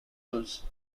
rules